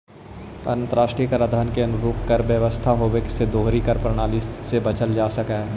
अंतर्राष्ट्रीय कराधान के अनुरूप कर व्यवस्था होवे से दोहरी कर प्रणाली से बचल जा सकऽ हई